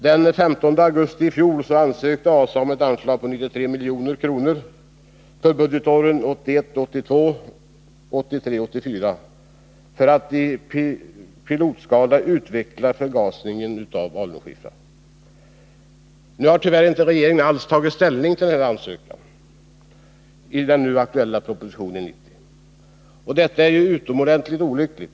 Den 15 augusti i fjol ansökte ASA om ett anslag på 93 milj.kr. för budgetåren 1981 84 för att i pilotskala utveckla förgasningen av alunskiffer. Nu har regeringen tyvärr inte alls tagit ställning till denna ansökan i den nu aktuella propositionen. Detta är utomordentligt olyckligt.